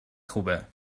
خوبه